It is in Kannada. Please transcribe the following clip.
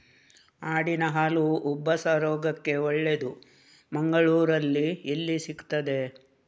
ಆಡಿನ ಹಾಲು ಉಬ್ಬಸ ರೋಗಕ್ಕೆ ಒಳ್ಳೆದು, ಮಂಗಳ್ಳೂರಲ್ಲಿ ಎಲ್ಲಿ ಸಿಕ್ತಾದೆ?